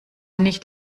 nicht